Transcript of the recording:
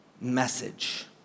message